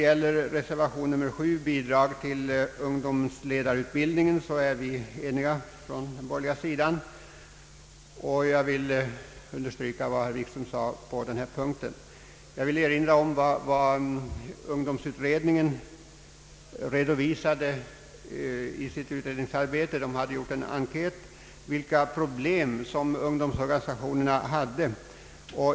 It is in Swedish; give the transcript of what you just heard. När det gäller bidrag till ungdomsledarutbildning är vi eniga på den borgerliga sidan. Jag vill understryka vad herr Wikström sade på den här punkten. Ungdomsutredningen gjorde under sitt utredningsarbete en enkät beträffande vilka problem som ungdomsorganisationerna hade.